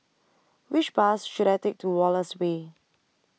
Which Bus should I Take to Wallace Way